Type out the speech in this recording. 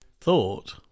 Thought